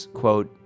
quote